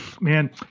man